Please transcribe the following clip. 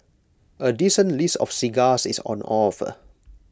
A decent list of cigars is on offer